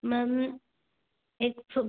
ma'am एक सौ